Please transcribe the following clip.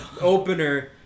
opener